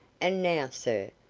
and now, sir,